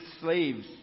slaves